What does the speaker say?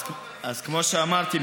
אז כמו שאמרתי,